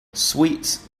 sweets